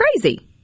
crazy